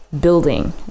building